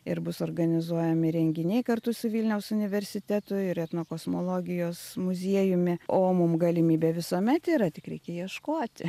ir bus organizuojami renginiai kartu su vilniaus universitetu ir etnokosmologijos muziejumi o mum galimybė visuomet yra tik reikia ieškoti